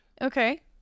okay